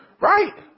Right